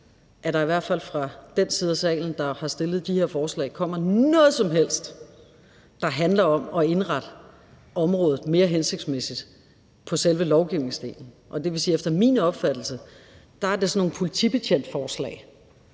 at der – i hvert fald fra den side af salen, der har fremsat de her forslag – kommer noget som helst, der handler om at indrette området mere hensigtsmæssigt på selve lovgivningsdelen. Det vil sige, at efter min opfattelse er det sådan nogle politibetjentforslag,